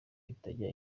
itajya